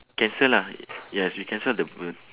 cancel lah yes we cancel the bird